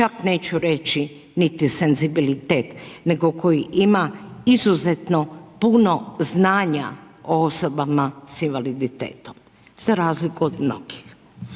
čak neću reći niti senzibilitet, nego koji ima izuzetno puno znanja o osobama sa invaliditetom za razliku od mnogih.